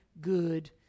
good